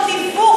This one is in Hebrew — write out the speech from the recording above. יכולה להיות צרה,